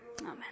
Amen